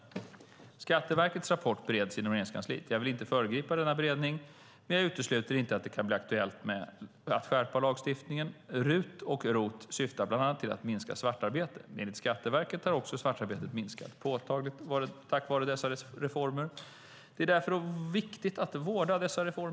Skatteverkets rapport bereds inom Regeringskansliet. Jag vill inte föregripa denna beredning, men jag utesluter inte att det kan bli aktuellt att skärpa lagstiftningen. RUT och ROT syftar bland annat till att minska svartarbetet. Enligt Skatteverket har också svartarbetet minskat påtagligt tack vare dessa reformer. Det är därför viktigt att vårda dem.